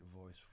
voice